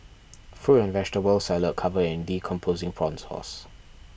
fruit and vegetable salad covered in decomposing prawn sauce